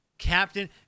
Captain